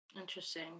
Interesting